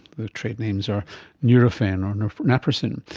their trade names are nurofen or naprosyn.